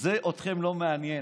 אתכם זה לא מעניין.